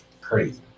crazy